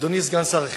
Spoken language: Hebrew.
אדוני סגן שר החינוך,